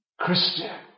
Christian